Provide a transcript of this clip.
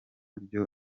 byo